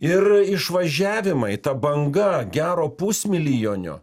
ir išvažiavimai ta banga gero pusmilijonio